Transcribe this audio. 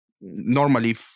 normally